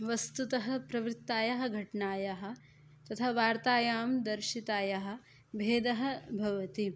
वस्तुतः प्रवृत्तायाः घटनायाः तथा वार्तायां दर्शितायाः भेदः भवति